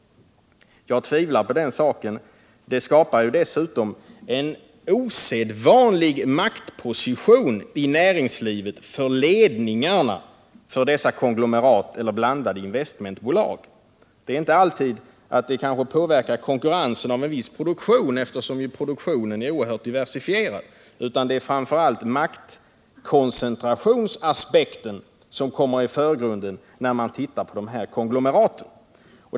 Jag tvivlar på det. Det skapar dessutom en osedvanlig maktposition i näringslivet för ledningarna för dessa konglomerat eller blandade investmentbolag. Det är kanske inte alltid så att konkurrensen när det gäller en viss produktion blir påverkad, eftersom produktionen är oerhört diversifierad, utan det är framför allt maktkoncentrationsaspekten som kommer i förgrunden när man studerar dessa konglomerat.